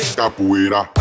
capoeira